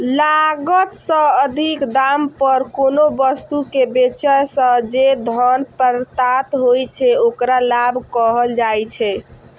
लागत सं अधिक दाम पर कोनो वस्तु कें बेचय सं जे धन प्राप्त होइ छै, ओकरा लाभ कहल जाइ छै